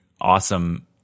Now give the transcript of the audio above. awesome